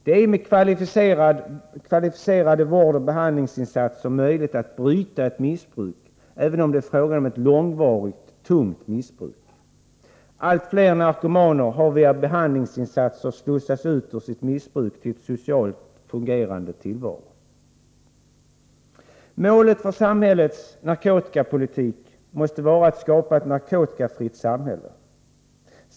Det är med kvalificerade vårdoch behandlingsinsatser möjligt att bryta ett missbruk, även om det är fråga om ett långvarigt, tungt missbruk. Allt fler narkomaner har via behandlingsinsatser slussats ut ur sitt missbruk till en socialt fungerande tillvaro. Målet för vår narkotikapolitik måste vara att skapa ett narkotikafritt samhälle.